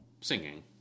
singing